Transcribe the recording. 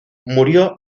murió